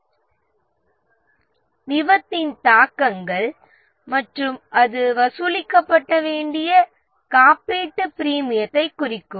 அது விபத்தின் தாக்கங்கள் மற்றும் அது வசூலிக்கப்பட வேண்டிய காப்பீட்டு பிரீமியத்தைக் குறிக்கும்